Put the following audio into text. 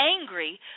angry